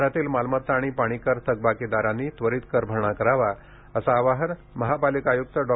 शहरातील मालमत्ता आणि पाणी कर थकबाकीदारांनी त्वरीत कर भरणा करावा असे आवाहन महापालिका आयुक्त डॉ